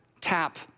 tap